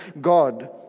God